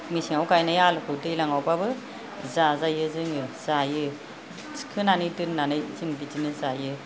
मेसेंआव गायनाय आलुखौ दैलांआवबाबो जाजायो जोङो जायो थिखोनानै दोननानै जों बिदिनो जायो